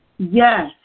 Yes